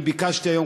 אני ביקשתי היום,